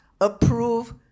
approve